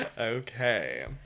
Okay